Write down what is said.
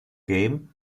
game